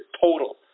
total